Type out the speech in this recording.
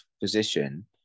position